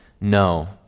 No